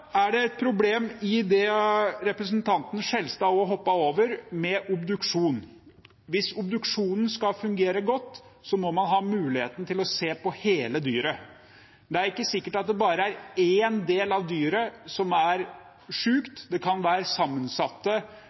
er det et problem det representanten Skjelstad også hoppet over, med obduksjon. Hvis obduksjonen skal fungere godt, må man ha muligheten til å se på hele dyret. Det er ikke sikkert at det bare er en del av dyret som er sykt, det kan være sammensatte